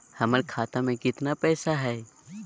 हमर खाता मे केतना पैसा हई?